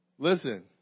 Listen